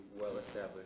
well-established